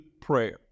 prayer